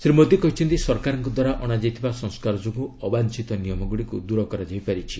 ଶ୍ରୀ ମୋଦି କହିଛନ୍ତି ସରକାରଙ୍କ ଦ୍ୱାରା ଅଣାଯାଇଥିବା ସଂସ୍କାର ଯୋଗୁଁ ଅବାଞ୍ଚିତ ନିୟମଗୁଡ଼ିକୁ ଦୂର କରାଯାଇ ପାରିଛି